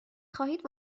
خواهید